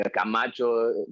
Camacho